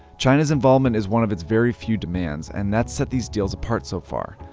china's involvement is one of its very few demands and that's set these deals apart so far.